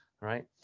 right